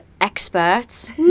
experts